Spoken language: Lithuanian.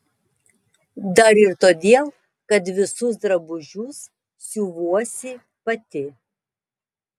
dar ir todėl kad visus drabužius siuvuosi pati